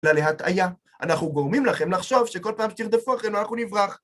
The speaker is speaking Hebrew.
להטעיה. אנחנו גורמים לכם לחשוב שבכל פעם שתרדפו לכם אנחנו נברח.